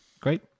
Great